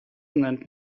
nennt